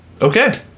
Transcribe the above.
Okay